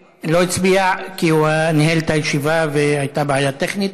כי הוא ניהל את הישיבה והייתה בעיה טכנית.